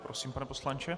Prosím, pane poslanče.